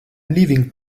leaving